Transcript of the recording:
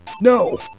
No